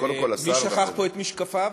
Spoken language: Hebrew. מי שכח פה את משקפיו?